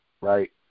right